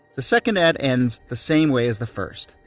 the second ad ends the same way as the first.